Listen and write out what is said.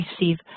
receive